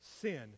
Sin